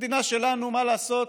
המדינה שלנו, מה לעשות,